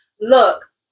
Look